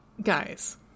guys